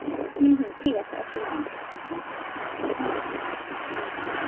হুম হুম ঠিক আছে অসুবিধা নেই হ্যাঁ হুম হুম